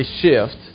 shift